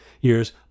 years